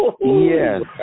Yes